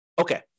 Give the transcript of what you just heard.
Okay